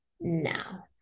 now